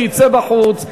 שיצא בחוץ,